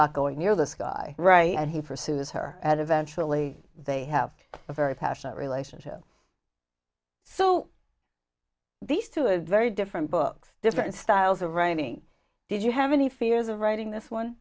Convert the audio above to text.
not going near this guy right and he pursues her at eventually they have a very passionate relationship so these two of very different books different styles of writing did you have any fears of writing this one